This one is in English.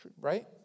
Right